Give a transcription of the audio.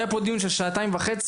היה פה דיון של שעתיים וחצי,